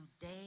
day